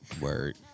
Word